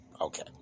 Okay